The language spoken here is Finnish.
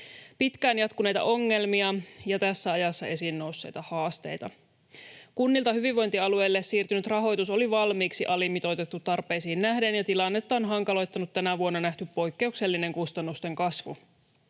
pitkään jatkuneita ongelmia ja tässä ajassa esiin nousseita haasteita. Kunnilta hyvinvointialueille siirtynyt rahoitus oli valmiiksi alimitoitettu tarpeisiin nähden, ja tilannetta on hankaloittanut tänä vuonna nähty poikkeuksellinen kustannusten kasvu.